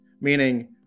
meaning